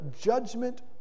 judgment